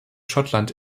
schottland